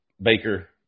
Baker